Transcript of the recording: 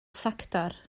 ffactor